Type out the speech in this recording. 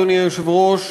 אדוני היושב-ראש,